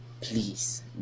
please